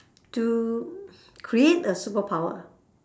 to create a superpower